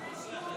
אם כן,